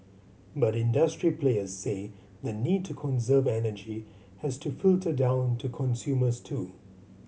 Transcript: but industry players say the need to conserve energy has to filter down to consumers too